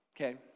okay